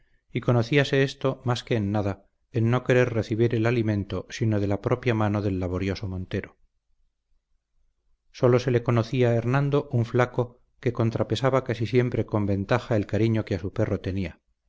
marcada afición y conocíase esto más que en nada en no querer recibir el alimento sino de la propia mano del laborioso montero sólo se le conocía a hernando un flaco que contrapesaba casi siempre con ventaja el cariño que a su perro tenía